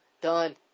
Done